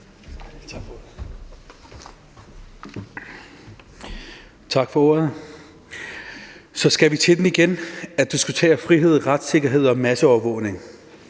Tak for ordet. Så skal vi til den igen: at diskutere frihed, retssikkerhed og masseovervågning.